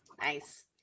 Nice